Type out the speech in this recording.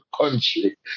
country